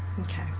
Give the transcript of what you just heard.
Okay